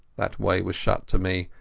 that way was shut to me,